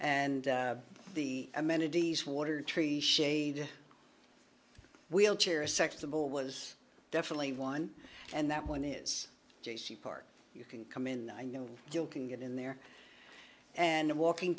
and the amenities water trees shade wheelchair a sex symbol was definitely one and that one is j c park you can come in i know you can get in there and in walking